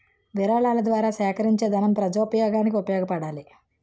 విరాళాల ద్వారా సేకరించేదనం ప్రజోపయోగానికి ఉపయోగపడాలి